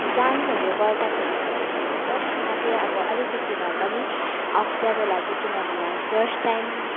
डान्सहरू गर्दाखेरि पनि हामीलाई फर्स्टमा चाहिँ अब अलिकति भए पनि अप्ठ्यारो लाग्यो किनभने हामी फर्स्ट टाइम